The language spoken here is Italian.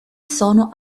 sono